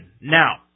Now